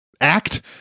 act